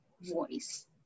voice